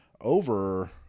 Over